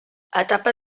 etapa